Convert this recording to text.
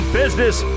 business